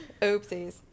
Oopsies